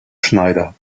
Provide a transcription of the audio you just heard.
schneider